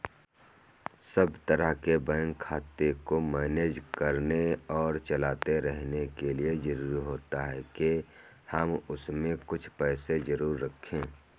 सब तरह के बैंक खाते को मैनेज करने और चलाते रहने के लिए जरुरी होता है के हम उसमें कुछ पैसे जरूर रखे